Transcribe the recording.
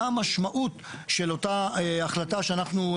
מה המשמעות של אותה החלטה שאנחנו,